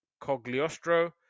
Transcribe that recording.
Cogliostro